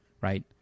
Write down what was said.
right